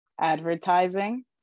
advertising